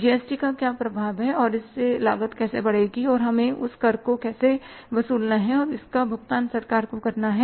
जी S T का क्या प्रभाव है और इससे लागत कैसे बढ़ेगी और हमें उस कर को कैसे वसूलना है और इसका भुगतान सरकार को करना है